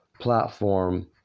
Platform